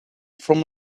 from